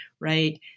right